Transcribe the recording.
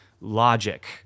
logic